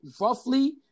Roughly